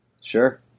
Sure